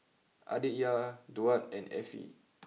Aditya Duard and Effie